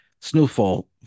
snowfall